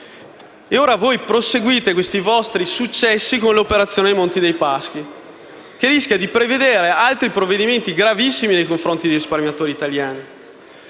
Ora voi proseguite questi vostri successi con l'operazione su Monte dei Paschi, che rischia di prevedere altri provvedimenti gravissimi nei confronti dei risparmiatori italiani: